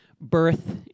birth